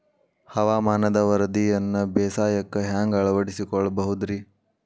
ಹವಾಮಾನದ ವರದಿಯನ್ನ ಬೇಸಾಯಕ್ಕ ಹ್ಯಾಂಗ ಅಳವಡಿಸಿಕೊಳ್ಳಬಹುದು ರೇ?